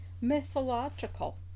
mythological